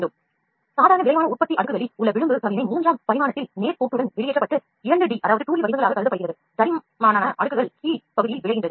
விளிம்பு கைவினை சாதாரண விரைவான உற்பத்தியில் அடுக்குகள் மூன்றாம் பரிமாணத்தில் நேர்கோட்டுடன் வெளியேற்றப்பட்ட 2டி வடிவங்களாகக் கருதப்படுகிறது